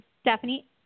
Stephanie